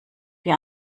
wir